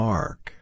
Mark